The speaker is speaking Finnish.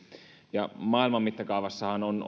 ja maailman mittakaavassahan on